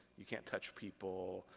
you can't touch people.